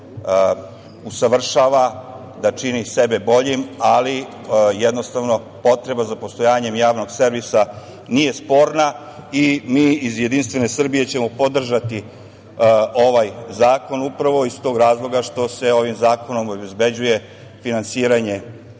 usavršava da čini sebe boljim, ali jednostavno potreba za postojanjem javnog servisa nije sporna i mi iz JS ćemo podržati ovaj zakon upravo iz tog razloga što se ovim zakonom obezbeđuje finansiranje,